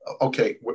Okay